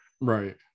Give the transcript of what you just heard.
right